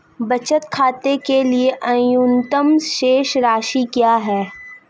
बचत खाते के लिए न्यूनतम शेष राशि क्या है?